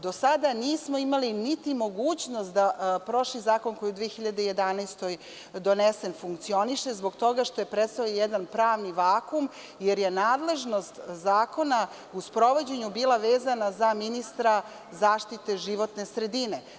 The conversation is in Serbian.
Do sada nismo imali niti mogućnost da prošli zakon koji je u 2011. godini donesen funkcioniše, zbog toga što je predstavljao jedan pravni vakuum jer je nadležnost zakona u sprovođenju bila vezana za ministra zaštite životne sredine.